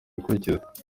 bikurikiza